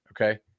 Okay